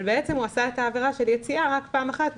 אבל בצעם הוא עשה את העבירה של היציאה רק פעם אחת,